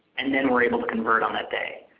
and then we are able to convert on that day.